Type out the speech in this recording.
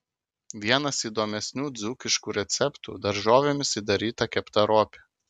vienas įdomesnių dzūkiškų receptų daržovėmis įdaryta kepta ropė